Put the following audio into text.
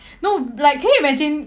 no like can you imagine